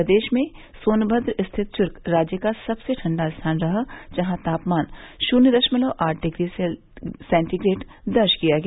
प्रदेश में सोनभद्र स्थित चुर्क राज्य का सबसे ठंडा स्थान रहा जहां तापमान शुन्य दशमलव आठ डिग्री सेंटीग्रेड दर्ज किया गया